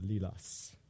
Lilas